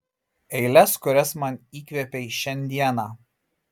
eiles kurias man įkvėpei šiandieną